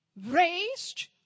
raised